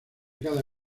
cada